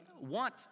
want